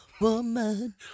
Woman